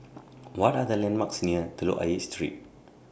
What Are The landmarks near Telok Ayer Street